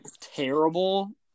terrible